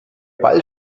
ball